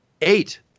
eight